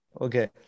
Okay